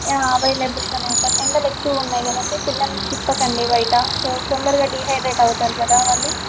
అవైలబుల్గా ఉంటారు ఎండలు ఎక్కువగా ఉన్నాయి కదండి పిల్లల్ని తిప్పకండి బయట సో తొందరగా డిహైడ్రేట్ అవుతారు కదా వాళ్ళు